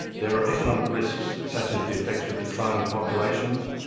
there are economic risks such as the effects of declining populations,